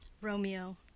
Romeo